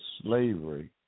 slavery